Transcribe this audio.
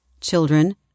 children